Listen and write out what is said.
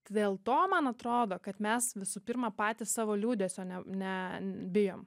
dėl to man atrodo kad mes visų pirma patys savo liūdesio ne ne bijom